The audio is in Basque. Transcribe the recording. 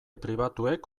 pribatuek